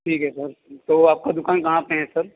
ठीक है सर तो आपका दुकान कहाँ पर है सर